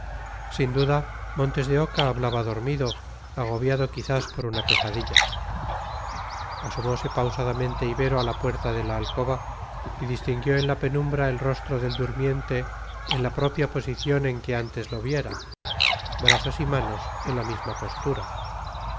sin duda montes de oca hablaba dormido agobiado quizás por una pesadilla asomose pausadamente ibero a la puerta de la alcoba y distinguió en la penumbra el rostro del durmiente en la propia disposición en que antes lo viera brazos y manos en la misma postura